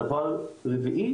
דבר נוסף,